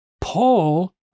Paul